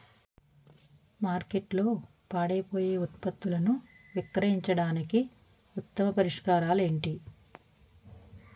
మార్కెట్లో పాడైపోయే ఉత్పత్తులను విక్రయించడానికి ఉత్తమ పరిష్కారాలు ఏంటి?